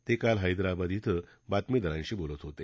ते काल हैदराबाद के बातमीदारांशी बोलत होते